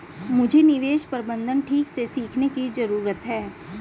मुझे निवेश प्रबंधन ठीक से सीखने की जरूरत है